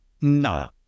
no